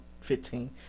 fifteen